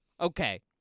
Okay